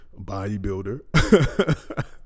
bodybuilder